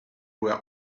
were